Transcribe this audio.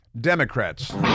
democrats